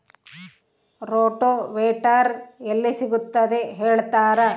Rotavator ಎಲ್ಲಿ ಸಿಗುತ್ತದೆ ಹೇಳ್ತೇರಾ?